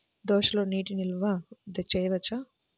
దోసలో నీటి నిల్వ చేయవచ్చా?